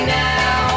now